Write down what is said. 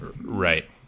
right